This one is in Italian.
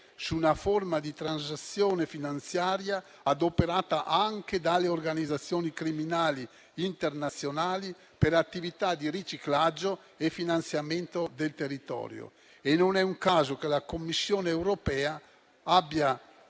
su una forma di transazione finanziaria adoperata anche dalle organizzazioni criminali internazionali per attività di riciclaggio e finanziamento del territorio e non è un caso che la Commissione europea abbia